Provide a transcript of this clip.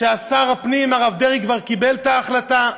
ששר הפנים, הרב דרעי, כבר קיבל את ההחלטה,